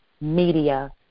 media